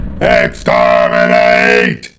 Exterminate